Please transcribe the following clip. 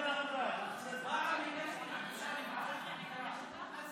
ההצעה להעביר את הנושא לוועדה לא נתקבלה.